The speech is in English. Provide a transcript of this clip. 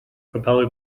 capella